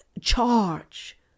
charge